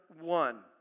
one